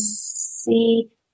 see